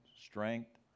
strength